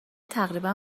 تقریبا